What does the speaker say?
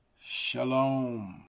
shalom